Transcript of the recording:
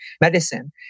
medicine